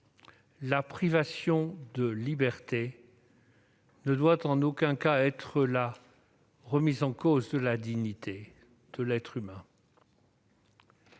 la privation de liberté ne doit en aucun cas remettre en cause la dignité de l'être humain.